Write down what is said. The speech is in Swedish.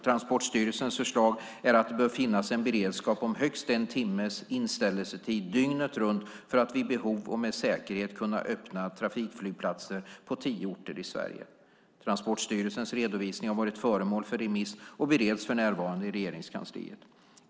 Transportstyrelsens förslag är att det bör finnas en beredskap om högst en timmes inställelsetid dygnet runt för att vid behov och med säkerhet kunna öppna trafikflygplatser på tio orter i Sverige. Transportstyrelsens redovisning har varit föremål för remiss och bereds för närvarande i Regeringskansliet.